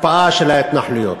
הקפאה של ההתנחלויות,